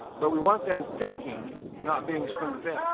but we want them thinking, not being spoon-fed.